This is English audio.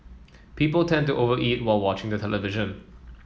people tend to over eat while watching the television